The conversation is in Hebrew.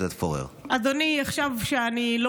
אדוני, עכשיו כשאני לא